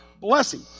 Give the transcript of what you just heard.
blessing